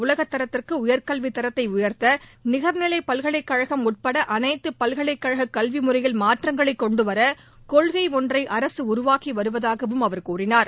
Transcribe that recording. உலகத் தரத்திற்கு உயர்கல்வி தரத்தை உயர்த்தை நிகர்நிலை பல்கலைக் கழகம் உட்பட அனைத்து பல்கலைக் கழக கல்வி முறையில் மாற்றங்களை கொண்டுவர கொள்கை ஒன்றை அரசு உருவாக்கி வருவதாகவும் அவர் தெரிவித்தார்